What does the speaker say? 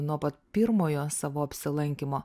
nuo pat pirmojo savo apsilankymo